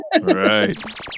Right